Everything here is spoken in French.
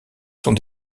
sont